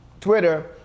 Twitter